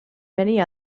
many